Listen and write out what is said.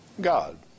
God